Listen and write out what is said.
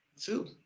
Two